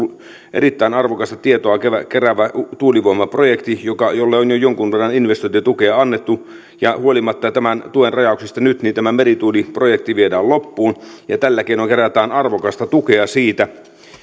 erittäin arvokasta tietoa keräävä tuulivoimaprojekti jolle on jo jonkun verran investointitukea annettu huolimatta tämän tuen rajauksista nyt tämä merituuliprojekti viedään loppuun ja tällä keinoin kerätään arvokasta tietoa siitä